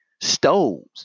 stoves